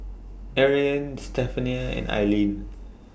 Ariane Stephania and Aileen